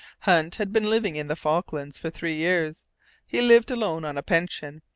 hunt had been living in the falklands for three years he lived alone on a pension,